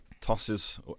tosses